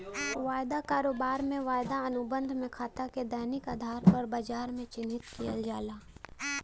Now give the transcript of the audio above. वायदा कारोबार में, वायदा अनुबंध में खाता के दैनिक आधार पर बाजार में चिह्नित किहल जाला